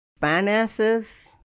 finances